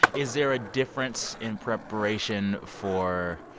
is there a difference in preparation for